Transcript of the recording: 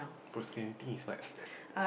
is what